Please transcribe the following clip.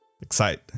Excite